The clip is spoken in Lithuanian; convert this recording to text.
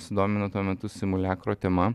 sudomino tuo metu simuliakro tema